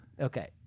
Okay